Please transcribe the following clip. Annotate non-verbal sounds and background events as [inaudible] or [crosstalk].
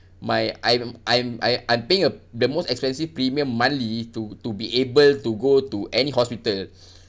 my I'm I'm I I'm paying a the most expensive premium monthly to to be able to go to any hospital [breath]